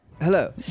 Hello